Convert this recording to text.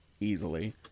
easily